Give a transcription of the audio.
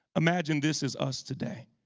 imagine this is us today,